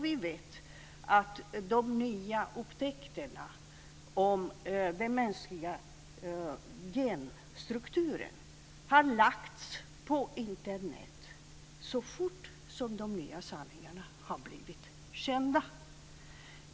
Vi vet att de nya upptäckterna om den mänskliga genstrukturen har lagts ut på Internet så fort som de nya sanningarna har blivit kända.